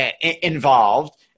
involved